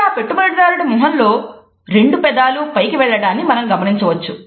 ఇక్కడ ఆ పెట్టుబడిదారుడి ముఖం లో రెండు పెదాలూ పైకి వెళ్లడాన్ని మనం గమనించవచ్చు